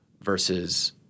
versus